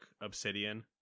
Obsidian